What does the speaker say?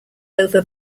over